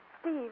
Steve